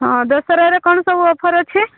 ହଁ ଦଶହରାରେ କ'ଣ ସବୁ ଅଫର୍ ଅଛି